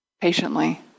patiently